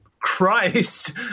Christ